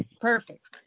perfect